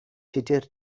tudur